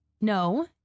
No